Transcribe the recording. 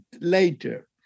later